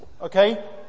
okay